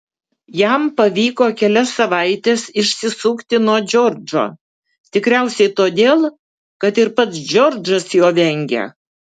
jam pavyko kelias savaites išsisukti nuo džordžo tikriausiai todėl kad ir pats džordžas jo vengė